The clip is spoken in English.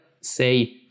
say